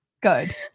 Good